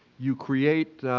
you create